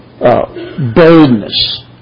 Boldness